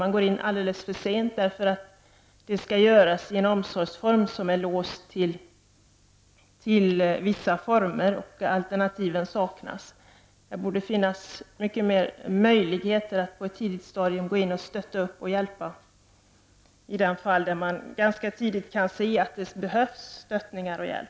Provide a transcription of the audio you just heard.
Man går in alldeles försent, eftersom ingripandet skall göras i en omsorgsform som är låst. Det saknas alternativ. Det borde finnas större möjligheter att på ett tidigt stadium gå in och stödja och hjälpa i de fall man ganska tidigt kan se att det behövs stöd och hjälp.